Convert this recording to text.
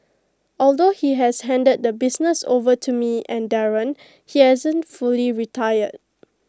although he has handed the business over to me and Darren he hasn't fully retired